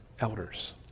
elders